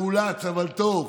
מאולץ, אבל טוב.